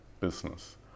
business